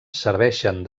serveixen